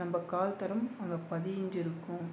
நம்ம கால் தடம் அங்கே பதிஞ்சிருக்கும்